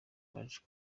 baje